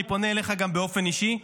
אני פונה אליך גם באופן אישי,